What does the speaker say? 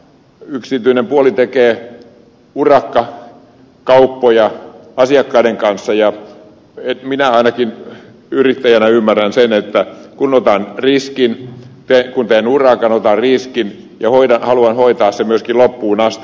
yksityinen puoli tekee urakkakauppoja asiakkaiden kanssa ja minä ainakin yrittäjänä ymmärrän sen että kun teen urakan otan riskin ja haluan hoitaa sen myöskin loppuun asti